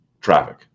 traffic